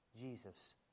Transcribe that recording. Jesus